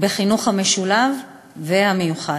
בחינוך המשולב והמיוחד.